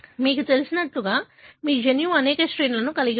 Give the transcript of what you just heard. మీకు తెలిసినట్లుగా మీ జన్యువు అనేక శ్రేణులను కలిగి ఉంది